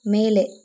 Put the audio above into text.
ಮೇಲೆ